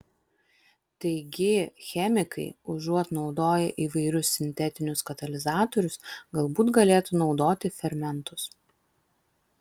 taigi chemikai užuot naudoję įvairius sintetinius katalizatorius galbūt galėtų naudoti fermentus